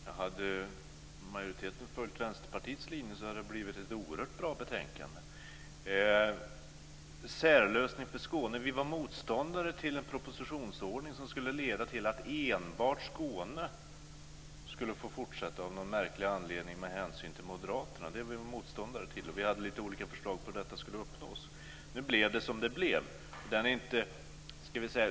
Fru talman! Hade majoriteten följt Vänsterpartiets linje hade det blivit ett oerhört bra betänkande. När det gäller en särlösning för Skåne var vi motståndare till en propositionsordning som skulle leda till att enbart Skåne skulle få fortsätta, av någon märklig anledning, med hänsyn till Moderaterna. Det är vi motståndare till. Vi hade olika förslag till hur detta skulle uppnås. Nu blev det som det blev.